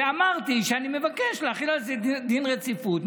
ואמרתי שאני מבקש להחיל על זה דין רציפות,